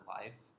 life